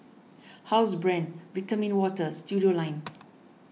Housebrand Vitamin Water Studioline